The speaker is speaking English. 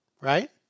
right